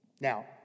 Now